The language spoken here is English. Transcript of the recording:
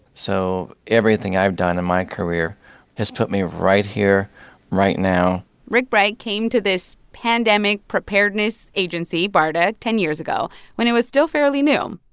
so everything i've done in my career has put me right here right now rick bright came to this pandemic preparedness agency, barda, ten years ago when it was still fairly new.